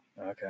Okay